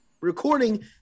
recording